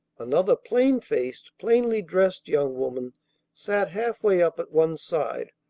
another plain-faced, plainly-dressed young woman sat half-way up at one side,